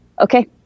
Okay